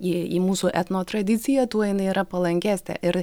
į į mūsų etno tradiciją tuo jinai yra palankesnė ir